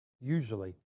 usually